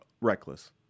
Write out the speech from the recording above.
reckless